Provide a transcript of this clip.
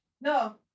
No